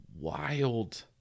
wild